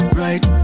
right